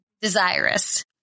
desirous